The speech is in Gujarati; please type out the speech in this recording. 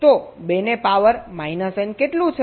તો 2 ને પાવર માઇનસ n કેટલું છે